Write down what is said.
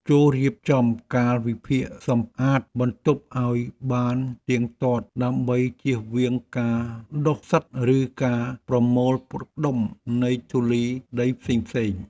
ចូររៀបចំកាលវិភាគសម្អាតបន្ទប់ឱ្យបានទៀងទាត់ដើម្បីជៀសវាងការដុះផ្សិតឬការប្រមូលផ្ដុំនៃធូលីដីផ្សេងៗ។